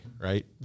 right